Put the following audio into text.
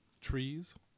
trees